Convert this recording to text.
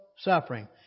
suffering